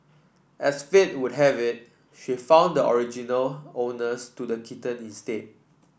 as fate would have it she found the original owners to the kitten instead